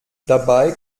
dabei